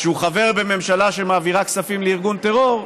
כשהוא חבר בממשלה שמעבירה כספים לארגון טרור,